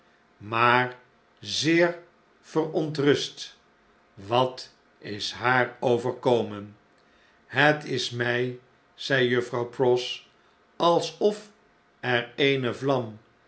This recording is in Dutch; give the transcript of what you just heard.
maar zeer verontrust wat is haar overkomen het is my zei juffrouw pross b alsof er eene vlam